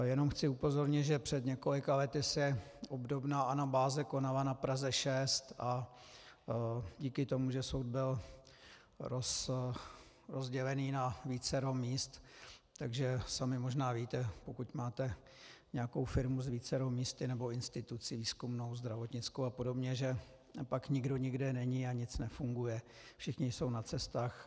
Jenom chci upozornit, že před několika lety se obdobná anabáze konala na Praze 6 a díky tomu, že soud byl rozdělen na vícero míst, tak sami možná víte, pokud máte nějakou firmu s vícero místy, nebo instituci výzkumnou, zdravotnickou apod., že pak nikdo nikde není a nic nefunguje, všichni jsou na cestách.